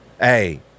Hey